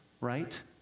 right